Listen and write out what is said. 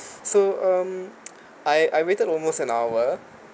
so um I I waited almost an hour